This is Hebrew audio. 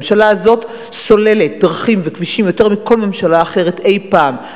הממשלה הזאת סוללת דרכים וכבישים יותר מכל ממשלה אחרת אי-פעם,